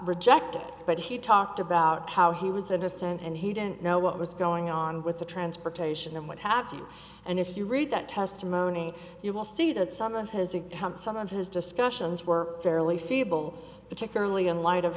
rejected but he talked about how he was a distant and he didn't know what was going on with the transportation and what have you and if you read that testimony you will see that some of his in some of his discussions were fairly feeble particularly in light of